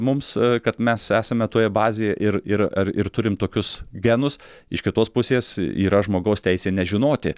mums kad mes esame toje bazėje ir ir ar ir turim tokius genus iš kitos pusės yra žmogaus teisė nežinoti